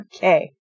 Okay